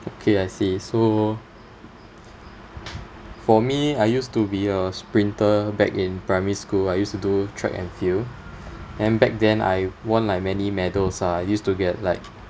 okay I see so for me I used to be a sprinter back in primary school I used to do track and field and back then I won like many medals ah I used to get like